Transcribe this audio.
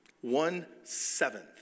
One-seventh